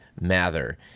Mather